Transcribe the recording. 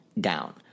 down